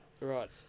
Right